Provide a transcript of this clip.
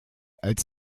als